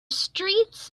streets